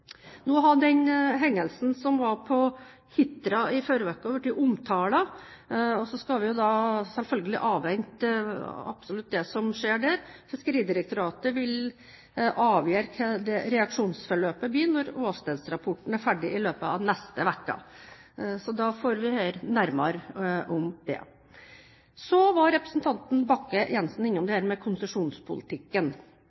Den hendelsen som var på Hitra i forrige uke, har blitt omtalt. Vi skal selvfølgelig avvente det som skjer der. Fiskeridirektoratet vil avgjøre hva reaksjonsforløpet skal bli når åstedsrapporten er ferdig i løpet av neste uke – så da får vi høre nærmere om det. Så var representanten Bakke-Jensen innom